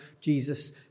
Jesus